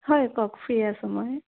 হয় কওক ফ্ৰী আছোঁ মই